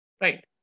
right